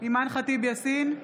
אימאן ח'טיב יאסין,